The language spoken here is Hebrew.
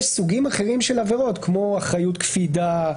יש סוגים אחרים של עבירות כמו אחריות קפידה,